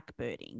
blackbirding